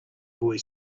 boy